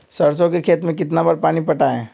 सरसों के खेत मे कितना बार पानी पटाये?